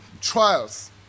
trials